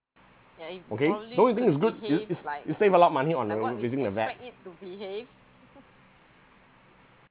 okay don't you think it's good you you you save a lot money on uh visiting a vet